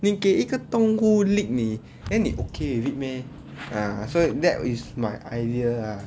你给一个动物 lick 你 then 你 okay with it meh ah so that is my idea lah